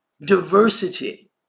diversity